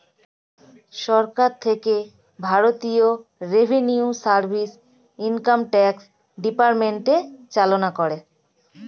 সরকার থেকে ভারতীয় revenue service, income tax department চালনা করে